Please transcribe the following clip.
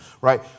right